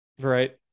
right